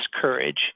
courage